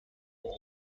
were